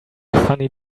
funny